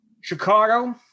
Chicago